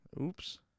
Oops